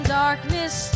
darkness